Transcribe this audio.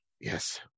yes